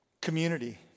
Community